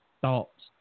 thoughts